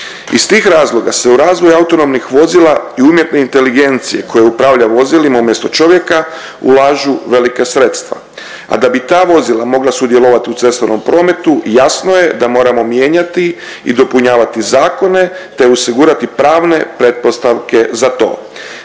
Iz tih razloga se u razvoj autonomnih vozila i umjetne inteligencije koja upravlja vozilima umjesto čovjeka ulažu velika sredstva, a da bi ta vozila mogla sudjelovati u cestovnom prometu jasno je da moramo mijenjati i dopunjavati zakone te osigurati pravne pretpostavke za to.